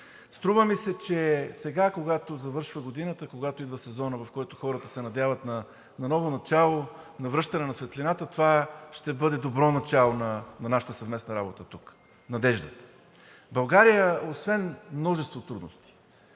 Струва ми се, че сега, когато завършва годината, когато идва сезонът, в който хората се надяват на ново начало, на връщане на светлината, на надеждата, това ще бъде добро начало за нашата съвместна работа тук. Освен множеството трудности